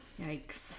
yikes